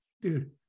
dude